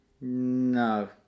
No